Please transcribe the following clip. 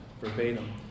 verbatim